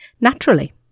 Naturally